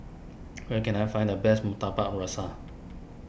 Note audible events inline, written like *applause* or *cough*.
*noise* where can I find the best Murtabak Rusa